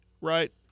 right